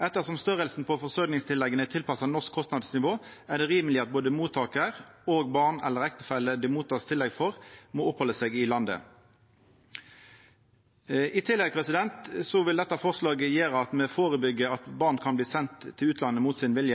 Ettersom størrelsen på forsørgingstillegga er tilpassa eit norsk kostnadsnivå, er det rimeleg at både mottakar og barn eller ektefelle som ein mottek tillegg for, må opphalda seg i landet. I tillegg vil dette forslaget gjera at me førebyggjer at barn kan bli